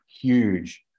Huge